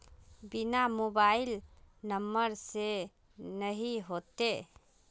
बिना mobile number से नहीं होते?